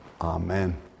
Amen